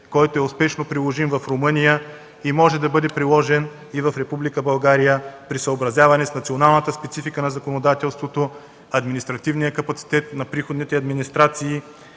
който е успешно приложим в Румъния и може да бъде приложен и в Република България при съобразяване с националната специфика на законодателството, административния капацитет на приходните администрации